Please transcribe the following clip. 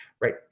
Right